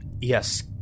Yes